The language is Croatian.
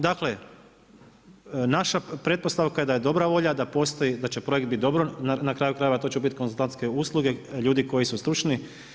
Dakle, naša pretpostavka je da je dobra volja, da postoji, da će projekt biti dobro, na kraju krajeva, to će biti konzultantske usluge ljudi koji su stručni.